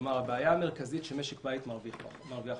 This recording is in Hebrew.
כלומר, הבעיה המרכזית היא שמשק בית מרוויח פחות.